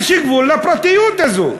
יש גבול, לפרטיות הזאת.